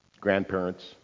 Grandparents